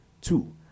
Two